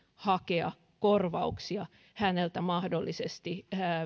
hakea korvauksia häneltä mahdollisesti